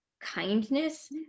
Kindness